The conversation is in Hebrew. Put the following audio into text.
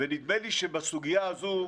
ונדמה לי שבסוגיה הזו,